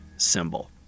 Symbol